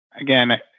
Again